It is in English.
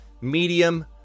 medium